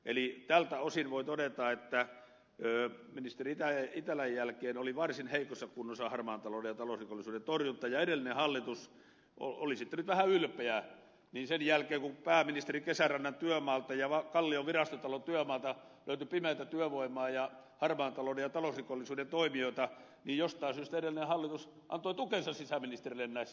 eli tältä osin voin todeta että ministeri itälän jälkeen oli varsin heikossa kunnossa harmaan talouden ja talousrikollisuuden torjunta ja edellinen hallitus olisitte nyt vähän ylpeä sen jälkeen kun pääministerin kesärannan työmaalta ja kallion virastotalon työmaalta löytyi pimeätä työvoimaa ja harmaan talouden ja talousrikollisuuden toimijoita jostain syystä antoi tukensa sisäministerilleen näissä asioissa